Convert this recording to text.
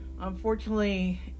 unfortunately